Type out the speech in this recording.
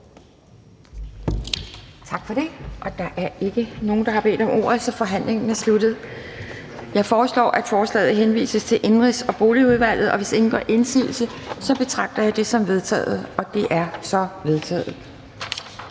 Tak for det. Der er ikke nogen, der har bedt om ordet, så forhandlingen er sluttet. Jeg foreslår, at forslaget henvises til Indenrigs- og Boligudvalget. Hvis ingen gør indsigelse, betragter jeg det som vedtaget. Det er vedtaget.